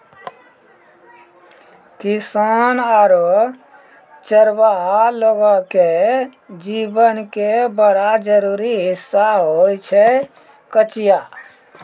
किसान आरो चरवाहा लोगो के जीवन के बड़ा जरूरी हिस्सा होय छै कचिया